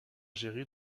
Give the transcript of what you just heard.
jerry